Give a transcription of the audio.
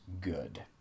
good